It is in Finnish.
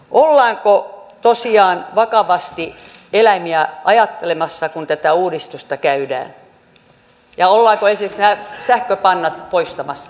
ollaanko tosiaan vakavasti eläimiä ajattelemassa kun tätä uudistusta tehdään ja ollaanko esimerkiksi nämä sähköpannat mahdollisesti poistamassa